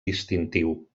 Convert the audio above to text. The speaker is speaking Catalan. distintiu